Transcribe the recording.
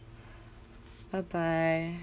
bye bye